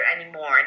anymore